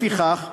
לפיכך נדרש,